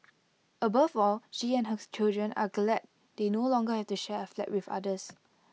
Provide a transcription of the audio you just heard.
above all she and hers children are glad they no longer have to share A flat with others